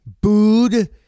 booed